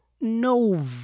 no